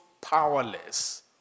powerless